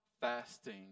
fasting